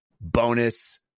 bonus